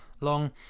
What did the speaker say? long